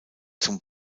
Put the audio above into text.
zum